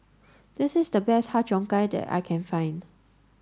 this is the best Har Cheong Gai that I can find